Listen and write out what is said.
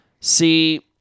See